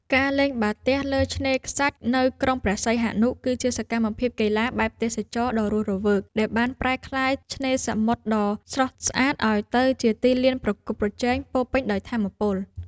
ការលេងបាល់ទះលើឆ្នេរខ្សាច់នៅក្រុងព្រះសីហនុ គឺជាសកម្មភាពកីឡាបែបទេសចរណ៍ដ៏រស់រវើក ដែលបានប្រែក្លាយឆ្នេរសមុទ្រដ៏ស្រស់ស្អាតឱ្យទៅជាទីលានប្រកួតប្រជែងពោរពេញដោយថាមពល។